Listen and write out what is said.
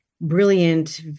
brilliant